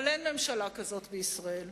אבל אין ממשלה כזאת בישראל.